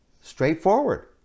straightforward